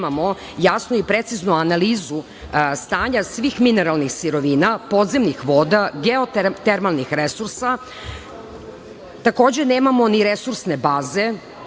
jasnu, preciznu analizu stanja svih mineralnih sirovina, podzemnih voda, geotermalnih resursa. Takođe, nemamo ni resursne baze,